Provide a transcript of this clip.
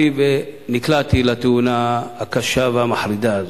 נקלעתי לתאונה הקשה והמחרידה הזו.